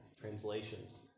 translations